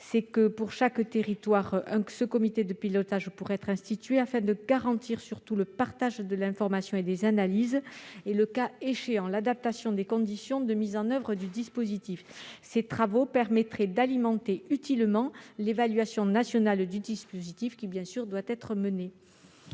mais j'ajoute que ce comité de pilotage pourra être institué pour chaque territoire afin de garantir surtout le partage de l'information et des analyses et, le cas échéant, l'adaptation des conditions de mise en oeuvre du dispositif. Ces travaux permettraient d'alimenter utilement l'évaluation nationale du dispositif qui, bien sûr, doit être menée.